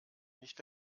nicht